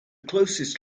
closest